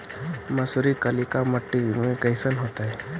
मसुरी कलिका मट्टी में कईसन होतै?